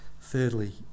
Thirdly